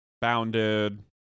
bounded